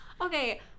okay